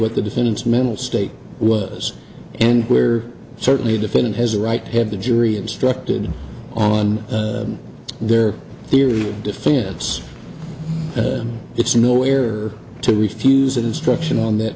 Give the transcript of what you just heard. what the defendant's mental state was and were certainly a defendant has a right to have the jury instructed on their theory of defense it's nowhere to refuse an instruction on that